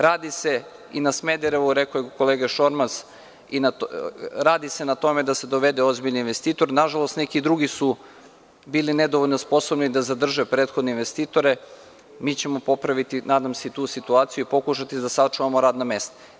Radi se i na Smederevu rekao je kolega Šormaz, radi se na tome da se dovede ozbiljni investitor, nažalost, neki drugi su bili nedovoljno sposobni da zadrže prethodne investitore, mi ćemo popraviti i tu situaciju i pokušati da sačuvamo radna mesta.